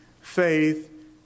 faith